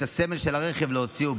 את הסמל של רכב לא הוציאו,